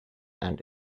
and